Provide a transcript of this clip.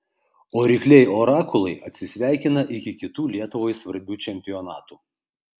o rykliai orakulai atsisveikina iki kitų lietuvai svarbių čempionatų